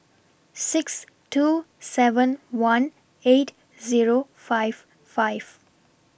six two seven one eight Zero five five